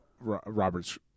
robert's